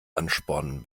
anspornen